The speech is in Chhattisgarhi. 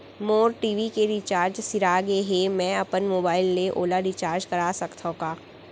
मोर टी.वी के रिचार्ज सिरा गे हे, मैं अपन मोबाइल ले ओला रिचार्ज करा सकथव का?